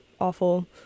awful